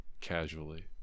casually